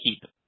Keep